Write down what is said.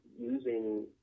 using